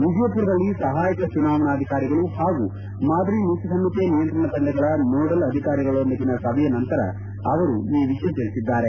ವಿಜಯಪುರದಲ್ಲಿ ಸಹಾಯಕ ಚುನಾವಣಾಧಿಕಾರಿಗಳು ಹಾಗೂ ಮಾದರಿ ನೀತಿ ಸಂಹಿತೆ ನಿಯಂತ್ರಣ ತಂಡಗಳ ನೋಡಲ್ ಅಧಿಕಾರಿಗಳೊಂದಿಗಿನ ಸಭೆಯ ನಂತರ ಅವರು ಈ ವಿಷಯ ತಿಳಿಸಿದ್ದಾರೆ